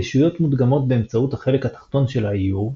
הישויות מודגמות באמצעות החלק התחתון של האיור.